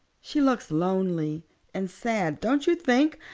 she looks lonely and sad, don't you think?